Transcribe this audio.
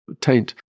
taint